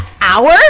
hour